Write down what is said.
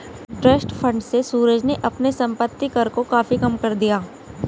trust fund से सूरज ने अपने संपत्ति कर को काफी कम कर दिया